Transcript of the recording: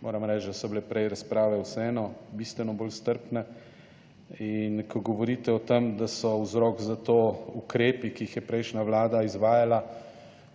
Moram reči, da so bile prej razprave vseeno bistveno bolj strpne, in ko govorite o tem, da so vzrok za to ukrepi, ki jih je prejšnja Vlada izvajala,